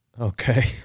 Okay